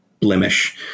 blemish